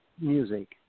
music